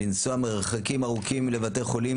לנסוע מרחקים ארוכים לבתי חולים,